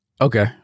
Okay